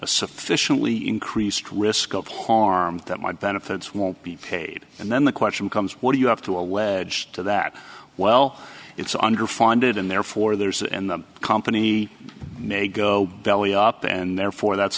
sufficiently increased risk of harm that my benefits won't be paid and then the question becomes what do you have to allege to that well it's underfunded and therefore theirs and the company may go belly up and therefore that's